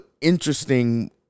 interesting